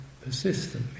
persistently